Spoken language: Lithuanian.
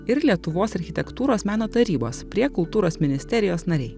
ir lietuvos architektūros meno tarybos prie kultūros ministerijos nariai